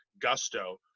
gusto